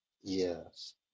Yes